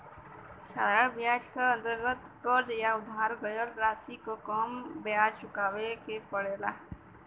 साधारण ब्याज क अंतर्गत कर्ज या उधार गयल राशि पर कम ब्याज चुकावे के पड़ेला